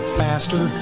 faster